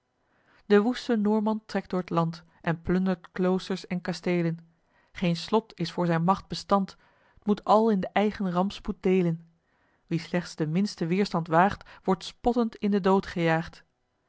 de woeste noorman trekt door t land en plundert kloosters en kasteelen geen slot is voor zijn macht bestand t moet al in d'eigen rampspoed deelen wie slechts den minsten weerstand waagt wordt spottend in den dood gejaagd